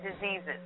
diseases